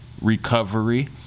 recovery